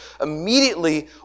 immediately